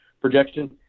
projection